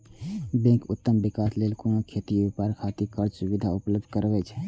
bank उद्यम विकास लेल लोक कें खेती, व्यापार खातिर कर्ज के सुविधा उपलब्ध करबै छै